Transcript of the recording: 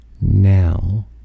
Now